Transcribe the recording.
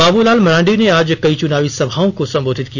बाबूलाल मरांडी ने आज कई चुनावी सभाओं को सम्बोधित किया